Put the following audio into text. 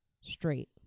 straight